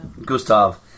Gustav